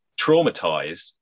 traumatized